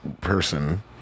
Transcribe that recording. person